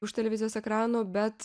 už televizijos ekranų bet